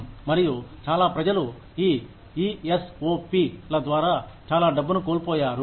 మరియు చాలా ప్రజలు ఈ ఈఎస్ఓపి ల ద్వారా చాలా డబ్బును కోల్పోయారు